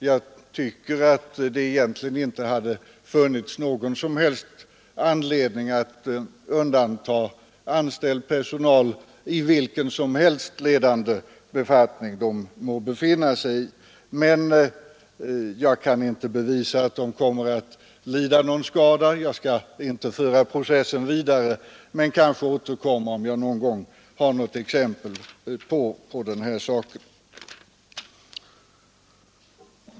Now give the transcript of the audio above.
Jag tycker att det egentligen inte hade funnits någon som helst anledning att undanta anställda, vilka ledande befattningar de än må ha. Men jag kan inte bevisa att de kommer att lida någon skada, och jag skall inte föra processen vidare. Kanske jag återkommer om jag någon gång har ett exempel i detta avseende.